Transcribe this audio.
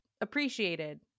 appreciated